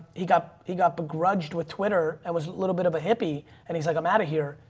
he got he got begrudged with twitter and was a little bit of a hippie and he's like, i'm outta here!